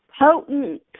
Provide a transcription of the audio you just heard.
potent